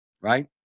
right